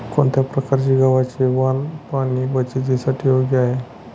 कोणत्या प्रकारचे गव्हाचे वाण पाणी बचतीसाठी योग्य आहे?